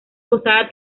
posada